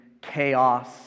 chaos